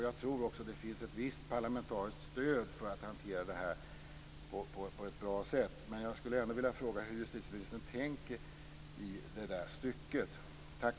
Jag tror också att det finns ett visst parlamentariskt stöd för att man ska hantera det här på ett bra sätt. Men jag skulle ändå vilja fråga hur justitieministern tänker i det stycket. Tack!